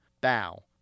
bow